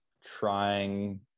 trying